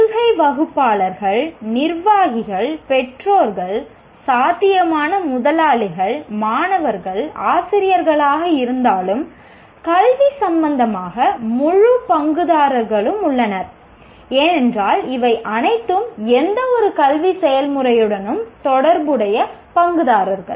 கொள்கை வகுப்பாளர்கள் நிர்வாகிகள் பெற்றோர்கள் சாத்தியமான முதலாளிகள் மாணவர்கள் ஆசிரியர்களாக இருந்தாலும் கல்வி சம்பந்தமாக முழு பங்குதாரர்களும் உள்ளனர் ஏனென்றால் இவை அனைத்தும் எந்தவொரு கல்வி செயல்முறையுடனும் தொடர்புடைய பங்குதாரர்கள்